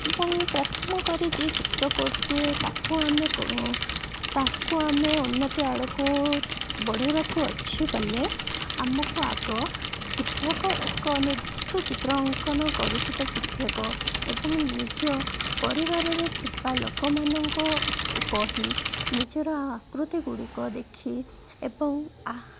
ଏବଂ ପ୍ରଥମ କରି ଯିଏ ଚିତ୍ର କରୁଛି ତାକୁ ଆମେ ତାକୁ ଆମେ ଉନ୍ନତି ଆଡ଼କୁ ବଢ଼େଇବାକୁ ଅଛି ବୋଲେ ଆମକୁ ଆଗ ଶିକ୍ଷକ ଏକ ନିର୍ଦ୍ଧିଷ୍ଟ ଚିତ୍ର ଅଙ୍କନ କରୁଥିବା ଶିକ୍ଷକ ଏବଂ ନିଜ ପରିବାରରେ ଥିବା ଲୋକମାନଙ୍କ କହି ନିଜର ଆକୃତି ଗୁଡ଼ିକ ଦେଖି ଏବଂ